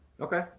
Okay